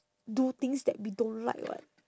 do things that we don't like [what]